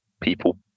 people